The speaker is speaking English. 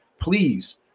please